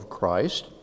Christ